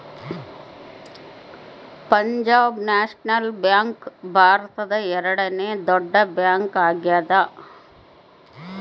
Punjab National Bank ಭಾರತದ ಎರಡನೆ ದೊಡ್ಡ ಬ್ಯಾಂಕ್ ಆಗ್ಯಾದ